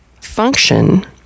function